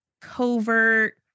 covert